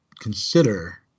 consider